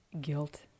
guilt